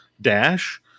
dash